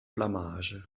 blamage